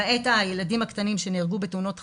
למעט הילדים הקטנים שנהרגו בתאונות חצר,